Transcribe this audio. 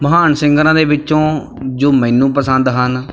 ਮਹਾਨ ਸਿੰਗਰਾਂ ਦੇ ਵਿੱਚੋਂ ਜੋ ਮੈਨੂੰ ਪਸੰਦ ਹਨ